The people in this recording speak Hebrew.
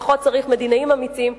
לפחות צריך מדינאים אמיצים,